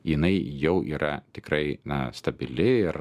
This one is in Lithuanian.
jinai jau yra tikrai na stabili ir